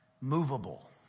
movable